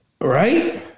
Right